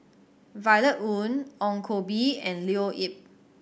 Violet Oon Ong Koh Bee and Leo Yip